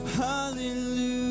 hallelujah